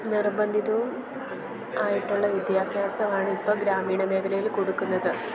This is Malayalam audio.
നിർബന്ധിതവും ആയിട്ടുള്ള വിദ്യാഭ്യാസമാണ് ഇപ്പം ഗ്രാമീണ മേഖലയില് കൊടുക്കുന്നത്